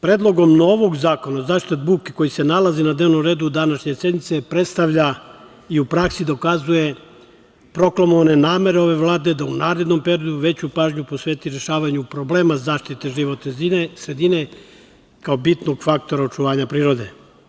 Predlogom novog Zakona o zaštiti od buke koji se nalazi na dnevnom redu današnje sednice predstavlja i u praksi dokazuje proklamovane namere ove Vlade da u narednom periodu veću pažnju posveti rešavanju problema zaštite životne sredine kao bitnog faktora očuvanja prirode.